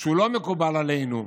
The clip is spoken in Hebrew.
שהוא לא מקובל עלינו,